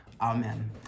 Amen